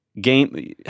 game